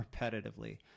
repetitively